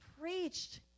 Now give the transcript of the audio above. preached